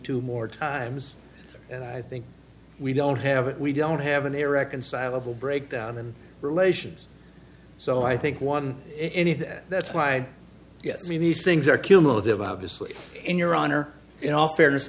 two more times and i think we don't have it we don't have an irreconcilable breakdown in relations so i think one anything that's why yes i mean these things are cumulative obviously in your honor in all fairness